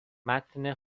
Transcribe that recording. متن